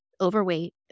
Overweight